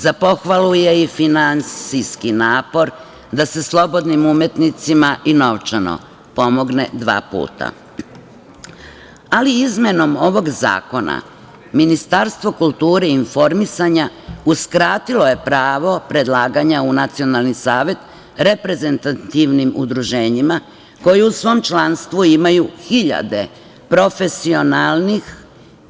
Za pohvalu je i finansijski napor da se slobodnim umetnicima i novčano pomogne dva puta ali izmenom ovog zakona Ministarstvo kulture i informisanja uskratilo je pravo predlaganja u Nacionalni savet reprezentativnim udruženjima koji u svom članstvu imaju hiljade profesionalnih